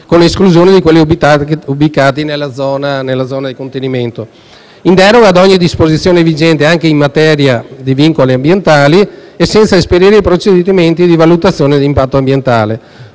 con esclusione di quelli ubicati nella zona di contenimento, in deroga ad ogni disposizione vigente, anche in materia di vincoli ambientali, e senza esperire i procedimenti di valutazione d'impatto ambientale,